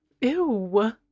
Ew